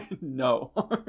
No